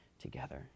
together